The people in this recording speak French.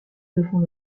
devant